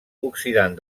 oxidant